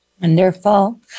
Wonderful